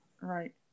Right